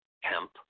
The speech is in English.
Hemp